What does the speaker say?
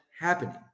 happening